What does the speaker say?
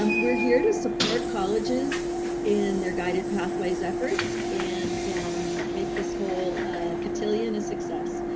um we're here to support colleges in their guided pathways efforts and make this whole ah cotillion a success.